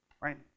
Right